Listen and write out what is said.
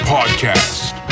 Podcast